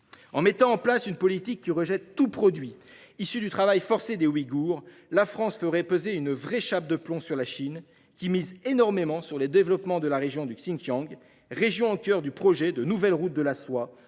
En mettant en place une politique qui rejette tout produit issu du travail forcé des Ouïghours, la France ferait peser une vraie chape de plomb sur la Chine, qui mise énormément sur le développement du Xinjiang, région qui est au coeur du projet de nouvelle route de la soie